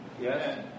Yes